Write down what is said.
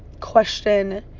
question